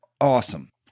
awesome